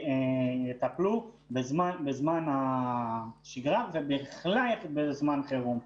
שיטפלו בזמן שגרה ובייחוד בזמן חירום.